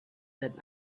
that